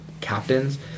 captains